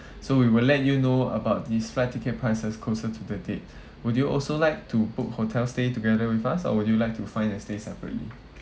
so we will let you know about this flight ticket prices closer to the date would you also like to book hotel stay together with us or would you like to find a stay separately